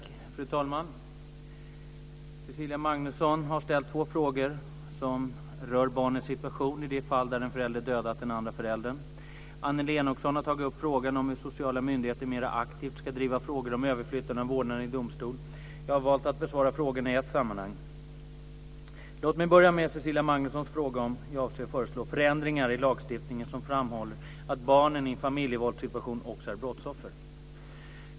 Fru talman! Cecilia Magnusson har ställt två frågor som rör barnets situation i de fall där en förälder dödat den andra föräldern. Annelie Enochson har tagit upp frågan om hur sociala myndigheter mer aktivt ska driva frågor om överflyttande av vårdnaden i domstol. Jag har valt att besvara frågorna i ett sammanhang. Låt mig börja med Cecilia Magnussons fråga om ifall jag avser föreslå förändringar i lagstiftningen som framhåller att barnen i en familjevåldssituation också är brottsoffer.